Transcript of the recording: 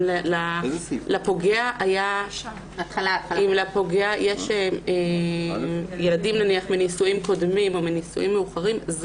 אם לפוגע יש ילדים מנישואים קודמים או מנישואים מאוחרים,